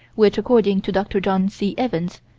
which, according to dr. john c. evans,